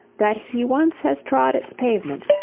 that he once has trod its pavement,